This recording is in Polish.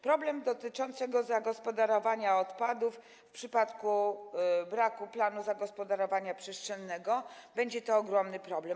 Problem dotyczący zagospodarowania odpadów w przypadku braku planu zagospodarowania przestrzennego będzie to ogromny problem.